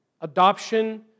Adoption